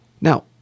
Now